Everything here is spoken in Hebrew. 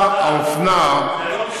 מה שאני אומר, הוא לא קופח.